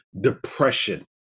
depression